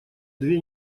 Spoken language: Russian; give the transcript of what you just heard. две